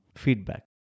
feedback